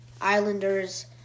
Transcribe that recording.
Islanders